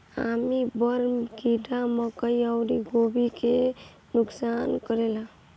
army worm कीड़ा मकई अउरी गोभी के भी नुकसान करेला